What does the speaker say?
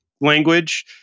language